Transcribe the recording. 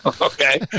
okay